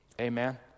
Amen